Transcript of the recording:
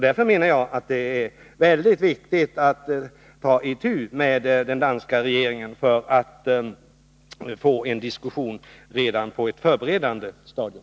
Därför är det väldigt viktigt att ta itu med den danska regeringen, för att få en diskussion på ett förberedande stadium.